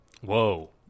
Whoa